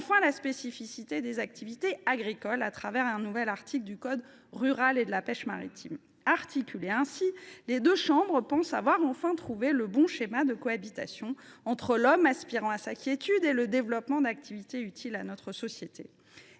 et la spécificité des activités agricoles au travers d’un nouvel article du code rural et de la pêche maritime. Avec une telle articulation, les deux chambres pensent enfin avoir trouvé le bon schéma de cohabitation entre l’homme aspirant à sa quiétude et le développement d’activités utiles à notre société.